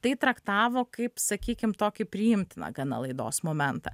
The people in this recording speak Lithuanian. tai traktavo kaip sakykim tokį priimtiną gana laidos momentą